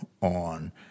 on